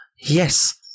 yes